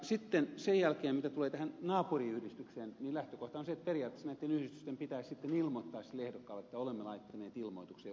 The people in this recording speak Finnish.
sitten mitä tulee tähän naapuriyhdistykseen niin lähtökohta on se että periaatteessa näiden yhdistysten pitäisi ilmoittaa sille ehdokkaalle että olemme laittaneet ilmoituksen joka on sinun ilmoituksesi